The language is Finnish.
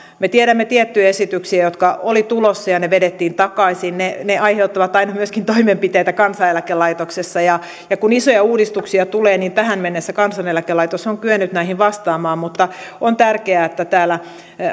me tiedämme tiettyjä esityksiä jotka olivat tulossa ja ne vedettiin takaisin ne aiheuttavat aina myöskin toimenpiteitä kansaneläkelaitoksessa ja ja kun isoja uudistuksia tulee niin tähän mennessä kansaneläkelaitos on kyennyt näihin vastaamaan mutta on tärkeää että täällä